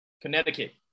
Connecticut